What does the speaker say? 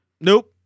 Nope